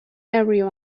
area